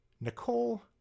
Nicole